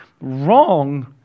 wrong